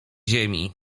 ziemi